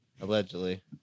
Allegedly